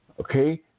Okay